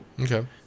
Okay